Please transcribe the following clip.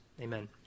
Amen